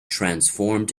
transformed